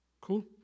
Cool